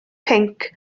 pinc